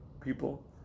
people